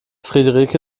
friederike